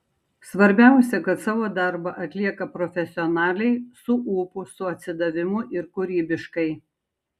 svarbiausia kad savo darbą atlieka profesionaliai su ūpu su atsidavimu ir kūrybiškai